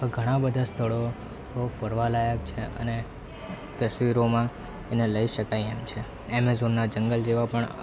ઘણાં બધાં સ્થળો ફરવાલાયક છે અને તસવીરોમાં એને લઈ શકાય એમ છે એમેઝોનના જંગલ જેવાં પણ